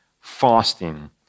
fasting